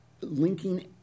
linking